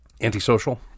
Antisocial